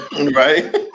right